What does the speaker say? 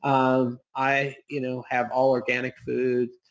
um i you know have all organic food.